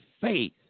faith